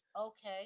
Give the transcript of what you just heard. okay